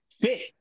fit